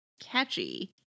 catchy